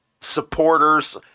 supporters